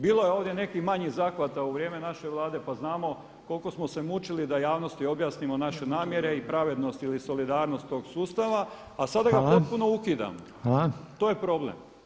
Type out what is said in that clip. Bilo je ovdje nekih manjih zahvata u vrijeme naše Vlade, pa znamo koliko smo se mučili da javnosti objasnimo naše namjere i pravednost ili solidarnost toga sustava, a sada ga potpuno ukidamo [[Upadica Reiner: Hvala.]] To je problem.